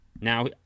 Now